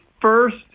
first